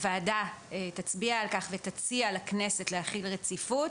הוועדה תצביע על כך ותציע לכנסת להחיל רציפות.